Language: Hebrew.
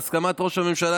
בהסכמת ראש הממשלה,